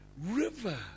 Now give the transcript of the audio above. river